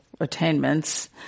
attainments